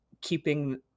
keeping